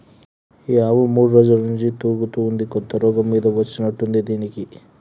ఈ ఆవు మూడు రోజుల నుంచి తూగుతా ఉంది కొత్త రోగం మీద వచ్చినట్టుంది దీనికి